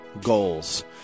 goals